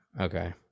okay